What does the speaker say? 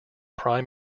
prime